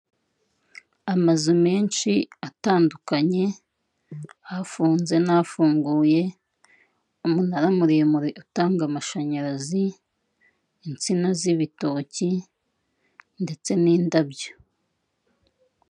Amazu menshi atandukanye afunze n'afunguye umunara muremure utanga amashanyarazi insina z'ibitoki ndetse n'indabyo.